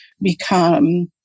become